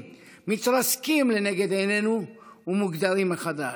מתרסקים לנגד עינינו ומוגדרים מחדש.